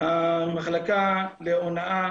המחלקה להונאה